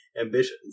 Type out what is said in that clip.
ambitions